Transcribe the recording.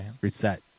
reset